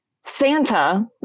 Santa